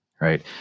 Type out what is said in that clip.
right